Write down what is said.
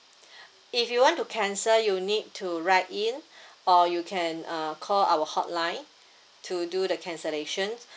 if you want to cancel you need to write in or you can uh call our hotline to do the cancellations